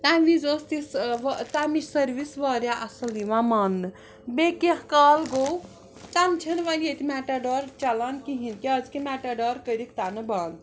تَمہِ وِزِ ٲس تِژھ تَمِچ سٔروِس وارِیاہ اَصٕل یِوان مانٛنہٕ بیٚیہِ کیٚنٛہہ کال گوٚو تَنہٕ چھَنہٕ وَنہِ ییٚتہِ مٮ۪ٹاڈار چَلان کِہیٖنۍ کیٛازِکہِ مٮ۪ٹاڈار کٔرِکھ تَنہٕ بنٛد